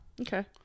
Okay